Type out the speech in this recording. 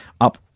up